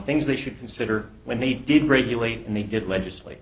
things they should consider when they did regulate and they did legislate